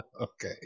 Okay